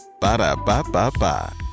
Ba-da-ba-ba-ba